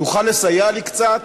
תוכל לסייע לי קצת?